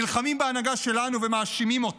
נלחמים בהנהגה שלנו ומאשימים אותה,